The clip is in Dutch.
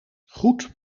goed